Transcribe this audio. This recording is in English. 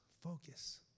Focus